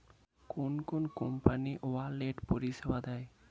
কোন কোন company wallet পরিষেবা দেয়?